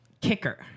Kicker